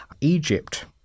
Egypt